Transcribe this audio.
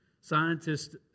Scientists